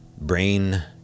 brain